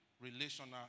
relational